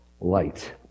light